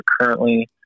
currently